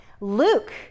Luke